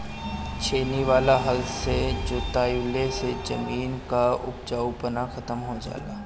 छेनी वाला हल से जोतवईले से जमीन कअ उपजाऊपन खतम हो जाला